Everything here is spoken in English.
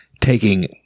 taking